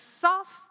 soft